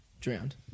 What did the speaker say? drowned